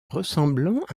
ressemblant